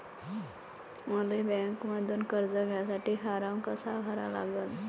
मले बँकेमंधून कर्ज घ्यासाठी फारम कसा भरा लागन?